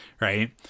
right